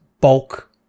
bulk